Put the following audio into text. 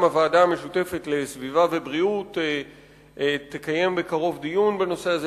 גם הוועדה המשותפת לסביבה ובריאות תקיים בקרוב דיון בנושא הזה